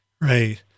Right